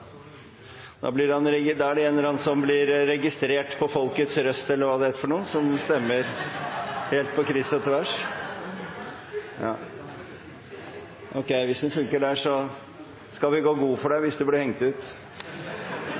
Da er det en eller annen som blir registrert på «folkets røst» eller hva det heter for noe, som stemmer helt på kryss og tvers. Hvis skjermen fungerer der, så skal vi gå god for deg hvis du blir hengt ut!